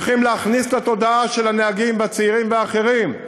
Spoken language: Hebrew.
צריכים להכניס לתודעה של הנהגים והצעירים והאחרים,